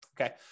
okay